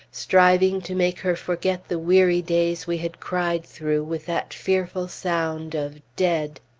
striving to make her forget the weary days we had cried through with that fearful sound of dead!